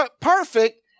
perfect